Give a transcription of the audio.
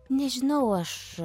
nežinau aš